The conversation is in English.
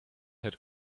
had